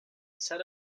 set